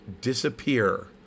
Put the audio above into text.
disappear